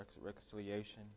reconciliation